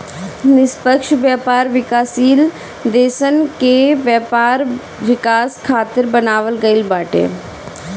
निष्पक्ष व्यापार विकासशील देसन के व्यापार विकास खातिर बनावल गईल बाटे